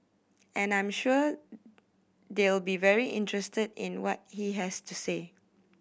and I'm sure they'll be very interested in what he has to say